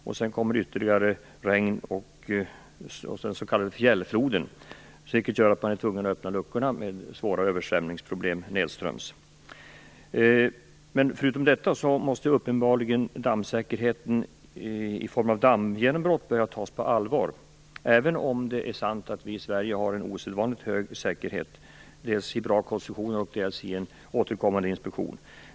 Därefter kom ytterligare regn och den s.k. fjällfloden, vilket gjorde att man var tvungen att öppna luckorna med svåra översvämningsproblem nedströms till följd. Förutom detta måste uppenbarligen dammsäkerheten i form av dammgenombrott börja tas på allvar, även om det är sant att vi i Sverige har en osedvanligt hög säkerhet, dels genom bra konstruktioner, dels genom återkommande inspektioner.